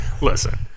Listen